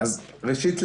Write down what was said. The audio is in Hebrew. אז ראשית,